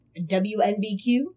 WNBQ